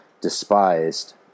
despised